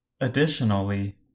Additionally